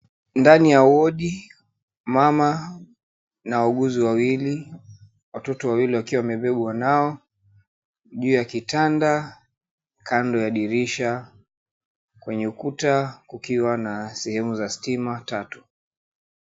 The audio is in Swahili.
Ndani ya wodi, mama na wauguzi wawili. Watoto wawili wakiwa wamebebwa nao, juu ya kitanda, kando ya dirisha kwenye ukuta kukiwa na sehemu za stima tatu.